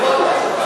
ההצעה,